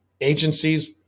agencies